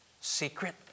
secret